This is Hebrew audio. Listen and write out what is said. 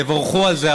תבורכו על זה.